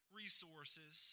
resources